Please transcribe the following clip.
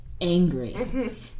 angry